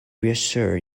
reassure